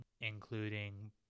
including